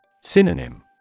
synonym